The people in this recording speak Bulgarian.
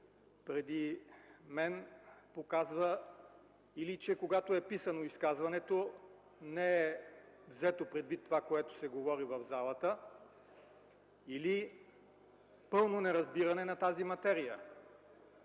преди мен, показва, или че когато е писано изказването не е взето предвид това, което се говори в залата, или пълно неразбиране на тази материя.